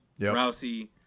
Rousey